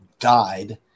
died